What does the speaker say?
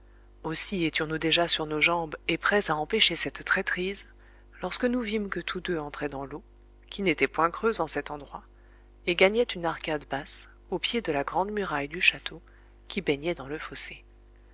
aussi étions-nous déjà sur nos jambes et prêts à empêcher cette traîtrise lorsque nous vîmes que tous deux entraient dans l'eau qui n'était point creuse en cet endroit et gagnaient une arcade basse au pied de la grande muraille du château qui baignait dans le fossé